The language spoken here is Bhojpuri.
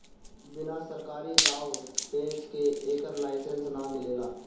बिना सरकारी दाँव पेंच के एकर लाइसेंस ना मिलेला